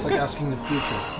like asking the future.